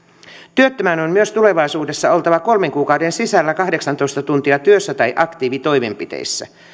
työttömän on myös tulevaisuudessa oltava kolmen kuukauden sisällä kahdeksantoista tuntia työssä tai aktiivitoimenpiteissä